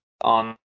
on